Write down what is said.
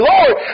Lord